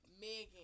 Megan